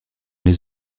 les